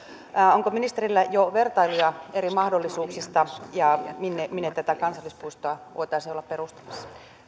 onko ministerillä jo vertailuja eri mahdollisuuksista minne minne tätä kansallispuistoa voitaisiin olla perustamassa